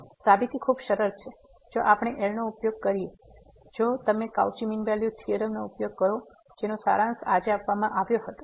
તેથી સાબિતી ખૂબ સરળ છે જો આપણે L નો ઉપયોગ કરીએ જો તમે કાઉચી મીન વેલ્યુ થીયોરમ નો ઉપયોગ કરો જેનો સારાંશ આજે આપવામાં આવ્યો હતો